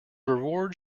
reward